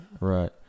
right